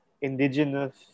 indigenous